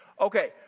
Okay